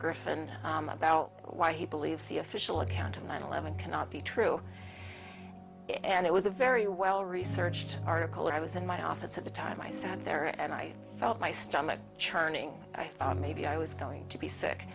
griffen about why he believes the official account of nine eleven cannot be true and it was a very well researched article and i was in my office at the time i sat there and i felt my stomach churning i thought maybe i was going to be sick